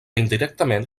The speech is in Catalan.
indirectament